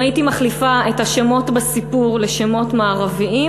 ואם הייתי מחליפה את השמות בסיפור לשמות מערביים,